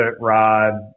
rod